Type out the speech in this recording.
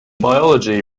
biology